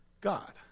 God